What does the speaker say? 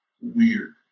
weird